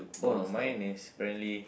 oh no mine is apparently